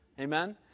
Amen